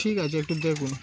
ঠিক আছে একটু দেখুন